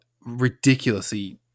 ridiculously